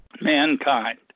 mankind